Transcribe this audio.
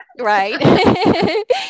right